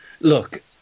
Look